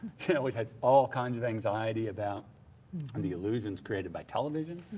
you know, it had all kind of anxiety about and the illusions created by television.